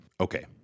Okay